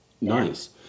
Nice